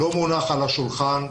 לא מונח על השולחן,